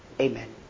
Amen